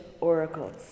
oracles